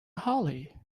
hollie